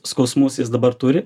skausmus jis dabar turi